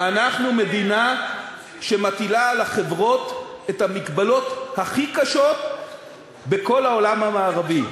אנחנו מדינה שמטילה על החברות את ההגבלות הכי קשות בכל העולם המערבי.